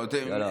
תודה.